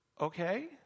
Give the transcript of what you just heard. Okay